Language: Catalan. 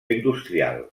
industrial